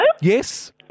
Yes